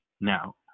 now